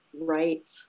Right